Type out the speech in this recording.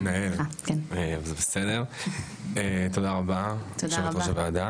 תודה רבה יושבת-ראש הוועדה,